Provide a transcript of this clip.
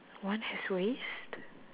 one has waste